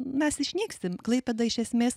mes išnyksim klaipėda iš esmės